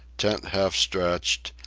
tent half stretched,